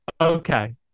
Okay